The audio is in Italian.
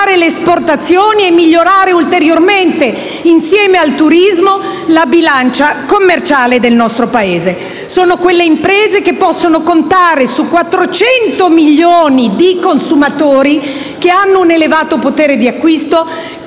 le esportazioni e migliorare ulteriormente, insieme al turismo, la bilancia commerciale del nostro Paese. Sono quelle imprese che possono contare su 400 milioni di consumatori che hanno un elevato potere d'acquisto, che